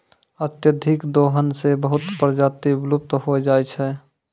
अत्यधिक दोहन सें बहुत प्रजाति विलुप्त होय जाय छै